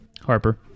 Harper